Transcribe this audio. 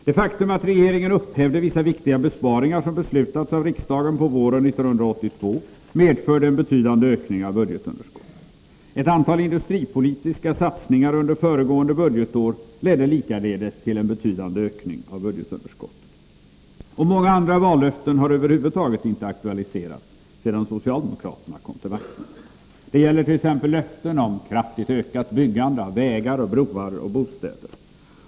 Det faktum att regeringen upphävde vissa viktiga besparingar som beslutats av riksdagen på våren 1982 medförde en betydande ökning av budgetunderskottet. Ett antal industripolitiska satsningar under föregående budgetår ledde likaledes till en betydande ökning av budgetunderskottet. Många andra vallöften har över huvud taget inte aktualiserats sedan socialdemokraterna kom till makten. Det gäller t.ex. löften om kraftigt ökat byggande av vägar, broar och bostäder.